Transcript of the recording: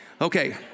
Okay